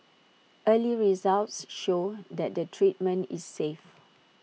early results show that the treatment is safe